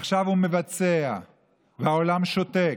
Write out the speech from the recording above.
עכשיו הוא מבצע והעולם שותק.